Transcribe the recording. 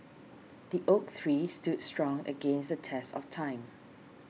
the oak tree stood strong against the test of time